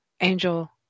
angel